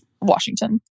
Washington